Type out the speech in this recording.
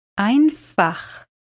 Einfach